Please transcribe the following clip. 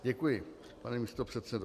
Děkuji, pane místopředsedo.